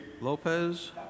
Lopez